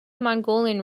mongolian